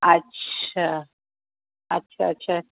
अच्छा अच्छा अच्छा